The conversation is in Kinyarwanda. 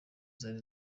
zari